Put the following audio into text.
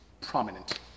Prominent